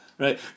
Right